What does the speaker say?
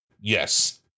yes